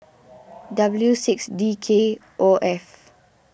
W six D K O F